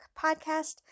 Podcast